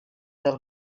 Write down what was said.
del